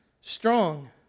strong